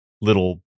little